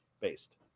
based